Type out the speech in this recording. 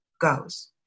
goes